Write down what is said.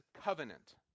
covenant